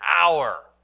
hour